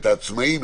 את העצמאים,